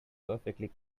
perfectly